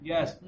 Yes